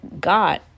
God